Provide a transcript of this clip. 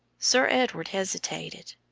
sir edward hesitated.